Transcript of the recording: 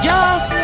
Yes